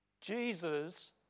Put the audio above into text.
Jesus